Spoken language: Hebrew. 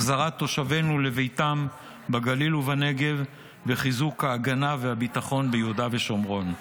החזרת תושבינו לביתם בגליל ובנגב וחיזוק ההגנה והביטחון ביהודה ושומרון.